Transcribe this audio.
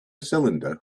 cylinder